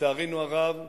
לצערנו הרב,